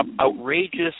outrageous